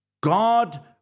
God